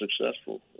successful